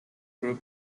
group